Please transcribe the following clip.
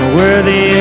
worthy